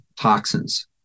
toxins